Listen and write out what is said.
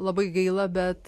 labai gaila bet